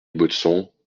baudson